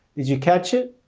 did you catch it?